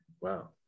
Wow